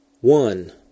one